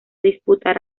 disputar